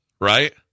Right